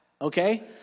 okay